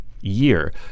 year